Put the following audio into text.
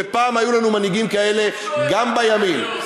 ופעם היו לנו מנהיגים כאלה גם בימין.